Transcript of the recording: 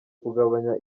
kugabanya